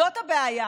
זאת הבעיה.